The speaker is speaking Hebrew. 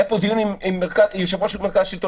היה פה דיון עם יושב-ראש מרכז שלטון